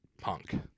punk